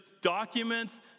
documents